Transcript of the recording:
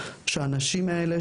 שהאנשים האלה,